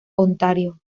ontario